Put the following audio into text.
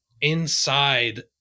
inside